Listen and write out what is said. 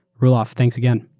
roelof, thanks again.